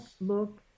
look